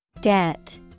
Debt